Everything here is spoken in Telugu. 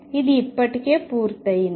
ఇది ఇప్పటికే పూర్తయింది